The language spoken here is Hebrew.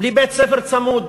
בלי בית-ספר צמוד,